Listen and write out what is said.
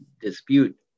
dispute